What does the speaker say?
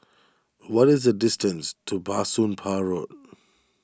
what is the distance to Bah Soon Pah Road